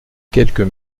quelques